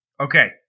Okay